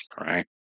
right